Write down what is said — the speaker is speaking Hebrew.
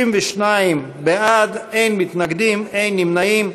62 בעד, אין מתנגדים, אין נמנעים.